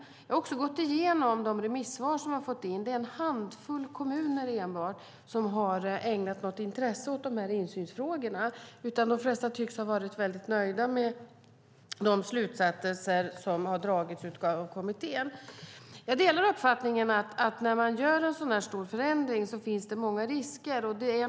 Jag har gått igenom de remissvar som finns, och det är enbart en handfull kommuner som har ägnat något intresse åt de här insynsfrågorna. De flesta tycks ha varit nöjda med de slutsatser som har dragits av kommittén. Jag delar uppfattningen att när man gör en sådan här stor förändring finns det många risker.